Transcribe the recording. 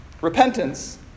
Repentance